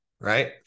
right